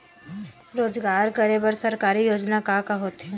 रोजगार करे बर सरकारी योजना का का होथे?